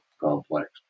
complex